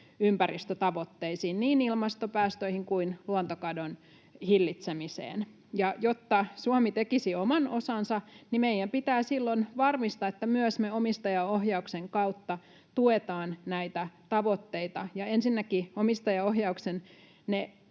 ympäristötavoitteisiin, niin ilmastopäästöihin kuin luontokadon hillitsemiseen. Jotta Suomi tekisi oman osansa, niin meidän pitää silloin varmistaa, että me myös omistajaohjauksen kautta tuetaan näitä tavoitteita. Ensinnäkin omistajaohjauksen